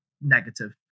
negative